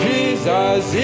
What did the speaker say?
Jesus